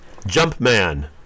Jumpman